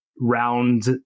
round